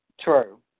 True